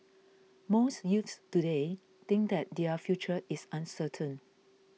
most youths today think that their future is uncertain